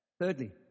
Thirdly